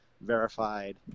verified